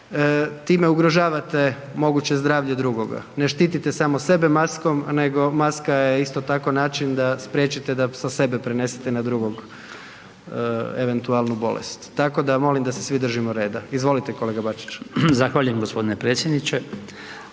time ugrožavate moguće zdravlje drugoga, ne štitite samo sebe maskom nego maska je isto tako način da spriječite da sa sebe prenesete na drugog eventualnu bolest, tako da molim da se držimo reda. Izvolite, kolega Bačić. **Bačić, Branko